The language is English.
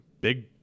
big